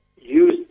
use